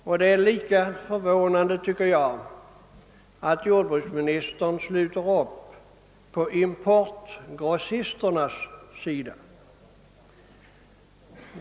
Och det är lika förvånande, tycker jag, att jordbruksministern sluter upp på importgrossisternas sida.